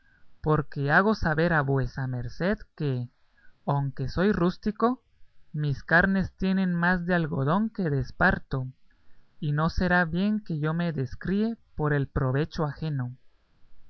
porque hago saber a vuesa merced que aunque soy rústico mis carnes tienen más de algodón que de esparto y no será bien que yo me descríe por el provecho ajeno